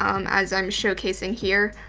as i'm showcasing here.